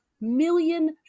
million